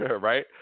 right